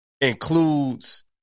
includes